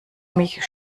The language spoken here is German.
mich